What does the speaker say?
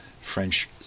French